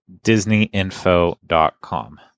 disneyinfo.com